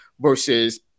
versus